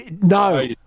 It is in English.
No